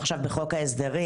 עכשיו בחוק ההסדרים,